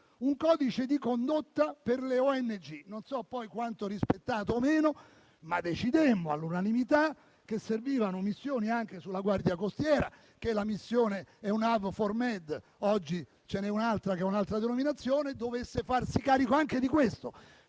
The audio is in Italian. un codice di condotta per le ONG (non so poi quanto rispettato o meno). Stabilimmo all'unanimità anche che servivano missioni a favore della Guardia costiera e che la missione Eunavfor Med (oggi ce n'è un'altra con un'altra denominazione) dovesse farsi carico anche di questo